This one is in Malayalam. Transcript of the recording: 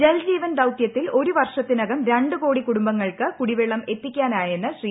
ജൽ ജീവൻ ദൌത്യത്തിൽ ഒരു വർഷത്തിനകം രണ്ട് കോടി കുടുംബങ്ങൾക്ക് കുടിവെള്ളം എത്തിക്കാനായെന്ന് ശ്രീ